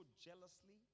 jealously